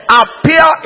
appear